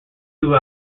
two